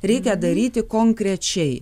reikia daryti konkrečiai